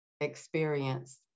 experience